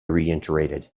reiterated